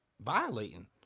violating